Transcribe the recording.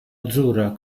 azzurra